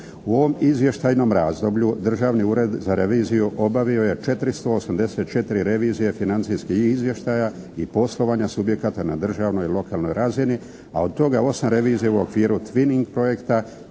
U ovom izvještajnom razdoblju, Državni ured za reviziju obavio je 484 revizije financijskih izvještaja i poslovanja subjekata na državnoj i lokalnoj razini, a od toga 8 revizija u okviru tvining projekta